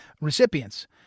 recipients